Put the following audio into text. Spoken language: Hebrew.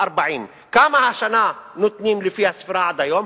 40. כמה נותנים השנה לפי הספירה עד היום?